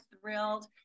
thrilled